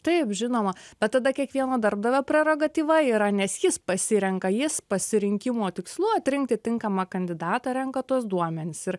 taip žinoma bet tada kiekvieno darbdavio prerogatyva yra nes jis pasirenka jis pasirinkimo tikslų atrinkti tinkamą kandidatą renka tuos duomenis ir